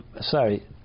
sorry